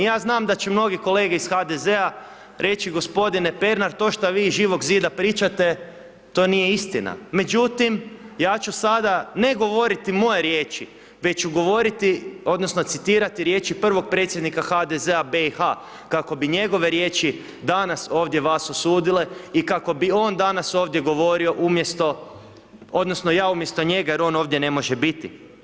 Ja znam da će mnogi kolege iz HDZ-a reći gospodine Pernar to šta vi iz Živog zida pričate to nije istina, međutim ja ću sada ne govoriti moje riječi već ću govoriti, odnosno citirati, riječi prvog predsjednika HDZ-a BIH, kako bi njegove riječi danas ovdje vas osudile i kako bi on danas ovdje govorio umjesto odnosno ja umjesto njega, jer on ovdje ne može biti.